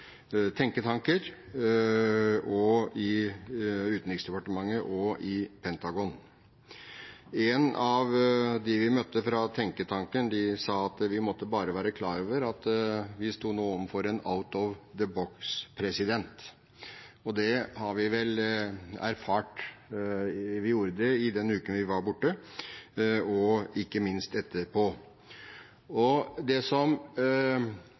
tenketanker og i utenriksdepartementet og Pentagon. En av dem vi møtte fra tenketanken, sa at vi måtte bare være klar over at vi nå sto overfor en «out-of-the-box»-president. Det har vi vel erfart – vi gjorde det i den uken vi var borte, og ikke minst etterpå. Det som